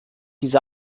diese